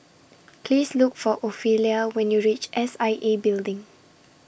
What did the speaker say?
Please Look For Ophelia when YOU REACH S I A Building